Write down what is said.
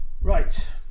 Right